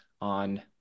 on